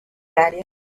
áreas